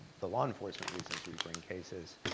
the law enforcement reasons we bring cases